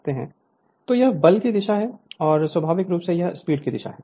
तो यह बल की दिशा है और स्वाभाविक रूप से यह स्पीड की दिशा है